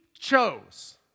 chose